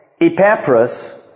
Epaphras